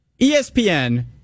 ESPN